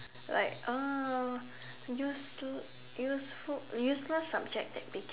like uh useless useful useless subjects that became